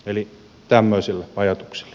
eli tämmöisillä ajatuksilla